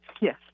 Yes